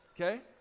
okay